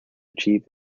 achieve